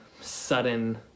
Sudden